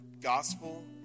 gospel